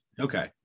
Okay